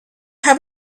how